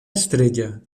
estrella